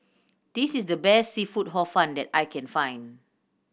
this is the best seafood Hor Fun that I can find